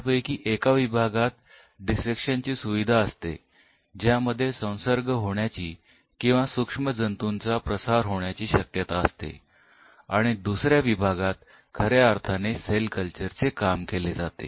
त्यापैकी एका विभागात डिसेक्शन ची सुविधा असते ज्यामध्ये संसर्ग होण्याची किंवा सूक्ष्मजंतूंचा प्रसार होण्याची शक्यता असते आणि दुसऱ्या विभागात खऱ्या अर्थाने सेल कल्चर चे काम केले जाते